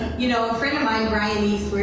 you know, a friend of mine, brian east,